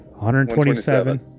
127